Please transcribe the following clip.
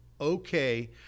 okay